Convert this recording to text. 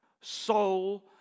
soul